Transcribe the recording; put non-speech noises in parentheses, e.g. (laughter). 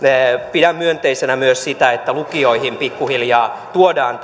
pidän myönteisenä myös sitä että lukioihin pikkuhiljaa tuodaan (unintelligible)